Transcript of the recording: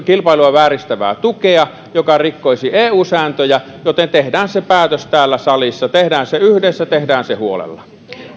kilpailua vääristävää tukea joka rikkoisi eu sääntöjä joten tehdään se päätös täällä salissa tehdään se yhdessä tehdään se huolella